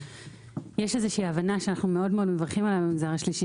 יש איזושהי הבנה שאנחנו מאוד-מאוד מברכים עליה במגזר השלישי,